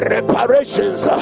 Reparations